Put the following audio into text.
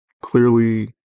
Clearly